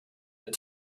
your